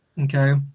Okay